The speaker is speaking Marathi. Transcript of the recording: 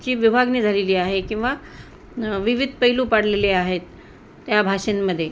ची विभागणी झालेली आहे किंवा न् विविध पैलू पाडलेले आहेत त्या भाषेमध्ये